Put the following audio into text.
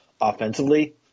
offensively